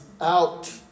out